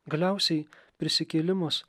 galiausiai prisikėlimas